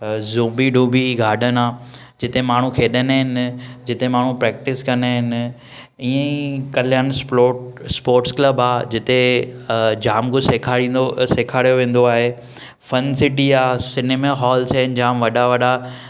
ज़ूबी Doobi garden आहे जिते माण्हू खेॾंदा आहिनि जिते माण्हू प्रैक्टिस कंदा आहिनि इएं ई कल्यान स्प्लोट स्पोर्टस क्लब आहे जिते जाम कुझु सेखारींदो सेखारियो वेंदो आहे फन सिटी आहे सिनेमा हॉल्स आहिनि जाम वॾा वॾा